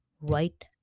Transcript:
right